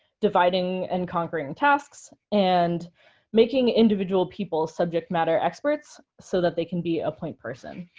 dividing and conquering tasks, and making individual people subject matter experts so that they can be a point person.